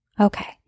Okay